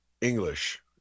English